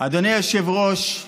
אדוני היושב-ראש,